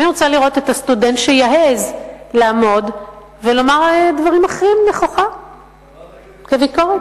אני רוצה לראות את הסטודנט שיעז לעמוד ולומר דברים אחרים נכוחה כביקורת.